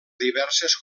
diverses